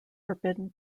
forbidden